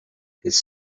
his